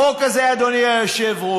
החוק הזה, אדוני היושב-ראש,